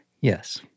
yes